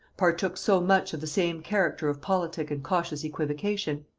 partook so much of the same character of politic and cautious equivocation?